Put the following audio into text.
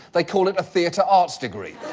they call it a theater arts degree.